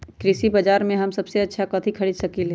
कृषि बाजर में हम सबसे अच्छा कथि खरीद सकींले?